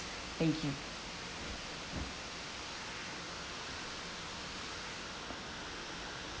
thank you